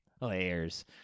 layers